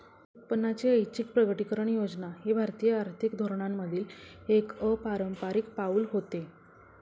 उत्पन्नाची ऐच्छिक प्रकटीकरण योजना हे भारतीय आर्थिक धोरणांमधील एक अपारंपारिक पाऊल होते